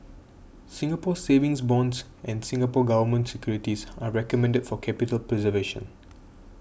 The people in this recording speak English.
Singapore Savings Bonds and Singapore Government Securities are recommended for capital preservation